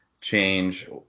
change